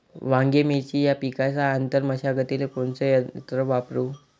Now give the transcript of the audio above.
वांगे, मिरची या पिकाच्या आंतर मशागतीले कोनचे यंत्र वापरू?